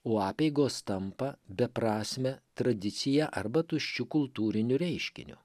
o apeigos tampa beprasme tradicija arba tuščiu kultūriniu reiškiniu